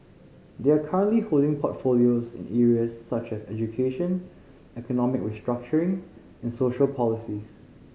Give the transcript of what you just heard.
they are currently holding portfolios in areas such as education economic restructuring and social policies